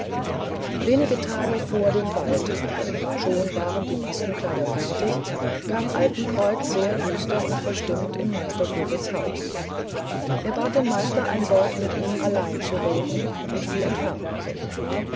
wenige tage vor dem balltage schon waren die maskenkleider fertig kam altenkreuz sehr düster und verstimmt in meister vogels haus er bat den meister ein wort mit ihm allein zu reden und die entfernten sich